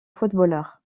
footballeur